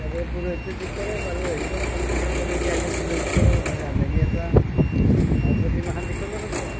তাকেই পুৰোহিতটো ঠিক কৰক আৰু হেৰি কৰক কমিটিখন কৰি উঠি আগে পুৰোহিতটো ৰান্ধনি এটা আৰু প্ৰতিমাখন ঠিক কৰিব লাগিব